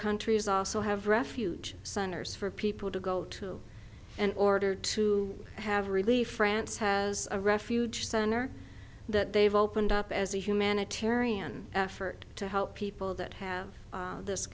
countries also have refuge sunders for people to go to and order to have relief france has a refuge center that they've opened up as a humanitarian effort to help people that have this